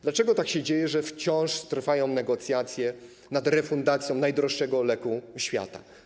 Dlaczego tak się dzieje, że wciąż trwają negocjacje nad refundacją najdroższego leku świata?